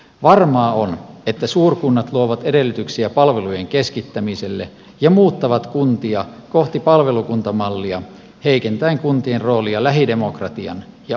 varmaa on että suurkunnat luovat edellytyksiä palveluiden keskittämiselle ja muuttavat kuntia kohti palvelukuntamallia heikentäen kuntien roolia lähidemokratian ja osallistumisen yhteisöinä